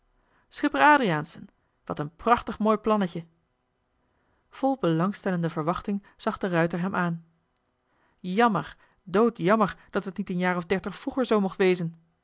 schipper adriaensen wat een prachtig mooi plannetje vol belangstellende verwachting zag de ruijter hem aan jammer doodjammer dat het niet een jaar of dertig vroeger zoo mocht wezen